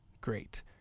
great